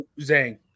Zang